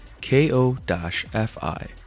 K-O-F-I